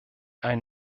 ein